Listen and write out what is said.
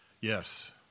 Yes